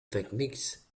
techniques